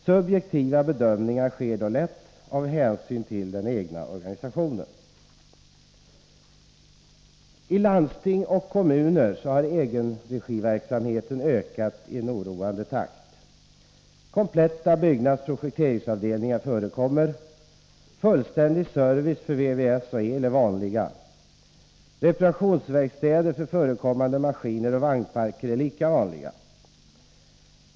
Subjektiva bedömningar sker då lätt av hänsyn till den egna organisationen. I landsting och kommuner har egenregiverksamheten ökat i oroande takt. Kompletta byggnadsoch projekteringsavdelningar förekommer. Det är vanligt med fullständig service för VVS och el. Reparationsverkstäder för maskiner och vagnparker är lika vanliga.